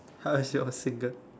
how's your single